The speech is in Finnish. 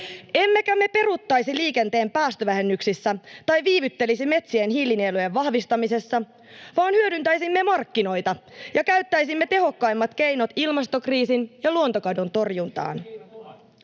Emmekä me peruuttaisi liikenteen päästövähennyksissä tai viivyttelisi metsien hiilinielujen vahvistamisessa, vaan hyödyntäisimme markkinoita ja käyttäisimme tehokkaimmat keinot ilmastokriisin ja luontokadon torjuntaan.